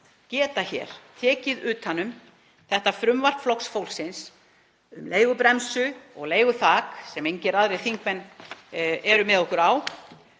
geta hér tekið utan um þetta frumvarp Flokks fólksins um leigubremsu og leiguþak, sem engir aðrir þingmenn eru með okkur á